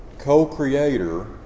co-creator